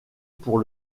pour